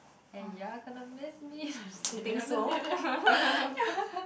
and you're gonna miss me I'm just kidding I'm just kidding